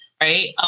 right